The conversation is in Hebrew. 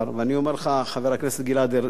השר גלעד ארדן,